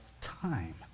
time